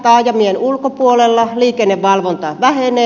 taajamien ulkopuolella liikennevalvonta vähenee